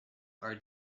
are